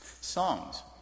Songs